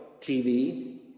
TV